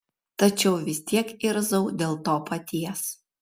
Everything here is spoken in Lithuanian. tačiau vis tiek irzau dėl to paties